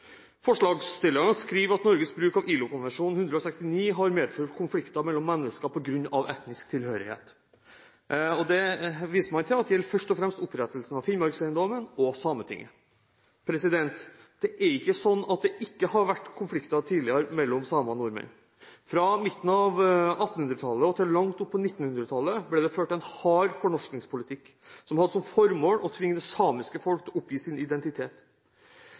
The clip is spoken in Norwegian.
Forslagsstillerne skriver at Norges bruk av ILO-konvensjon nr. 169 har medført konflikter mellom mennesker på grunn av etnisk tilhørighet. Man viser til at dette først og fremst gjelder opprettelsen av Finnmarkseiendommen og Sametinget. Det er ikke slik at det ikke har vært konflikter mellom samer og nordmenn tidligere. Fra midten av 1800-tallet og til langt opp på 1900-tallet ble det ført en hard fornorskningspolitikk som hadde som formål å tvinge det samiske folk til å oppgi sin identitet.